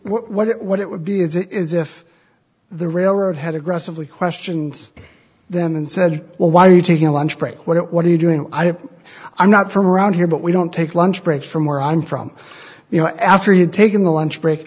what it what it would be as it is if the railroad had aggressively questioned them and said well why are you taking a lunch break what are you doing i'm not from around here but we don't take lunch breaks from where i'm from you know after you've taken the lunch break